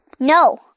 No